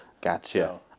Gotcha